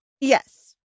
yes